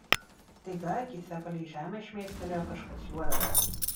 staiga akyse palei žemę šmėstelėjo kažkas juodas